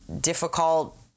difficult